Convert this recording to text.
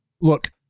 look